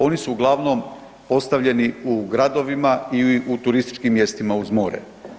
Oni su uglavnom postavljeni u gradovima i u turističkim mjestima uz more.